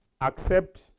Accept